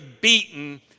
beaten